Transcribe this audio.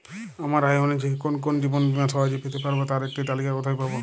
আমার আয় অনুযায়ী কোন কোন জীবন বীমা সহজে পেতে পারব তার একটি তালিকা কোথায় পাবো?